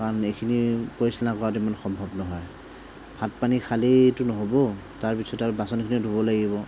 কাৰণ এইখিনি পৰিচালনা কৰাতো ইমান সম্ভৱ নহয় ভাত পানী খালেইতো নহ'ব তাৰপিছত আৰু বাচনখিনিও ধুব লাগিব